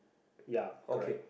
ya correct